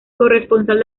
corresponsal